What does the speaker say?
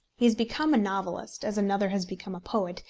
he has become a novelist, as another has become a poet,